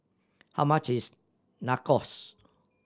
how much is Nachos